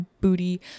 booty